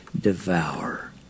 Devour